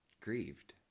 grieved